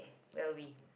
will be